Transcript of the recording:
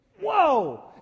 Whoa